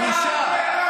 בושה.